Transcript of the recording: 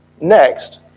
Next